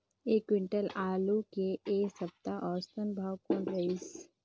एक क्विंटल आलू के ऐ सप्ता औसतन भाव कौन रहिस?